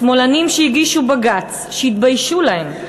השמאלנים שהגישו בג"ץ, שיתביישו להם.